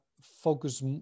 focus